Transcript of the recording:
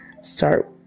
start